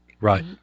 Right